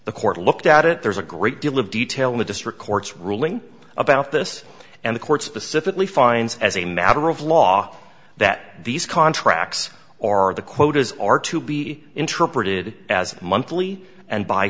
the court looked at it there's a great deal of detail in the district court's ruling about this and the courts specifically finds as a matter of law that these contracts or the quotas are to be interpreted as monthly and b